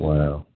Wow